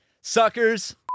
Suckers